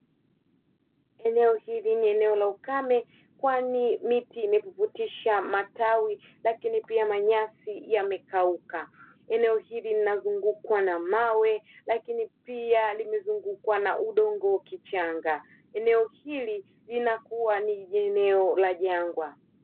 Eneo hili ni eneo la ukame, kwani miti imepuputisha matawi, lakini pia manyasi yamekauka. Eneo hili linazungukwa na mawe, lakini pia limezungukwa na udongo kichanga. Eneo hili linakuwa ni eneo la jangwa.